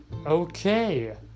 Okay